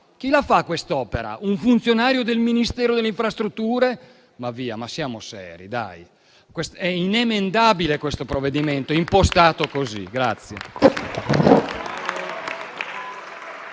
chi la fa quest'opera? Un funzionario del Ministero delle infrastrutture? Ma via, ma siamo seri, dai. Questo provvedimento, impostato così, è